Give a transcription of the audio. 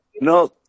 No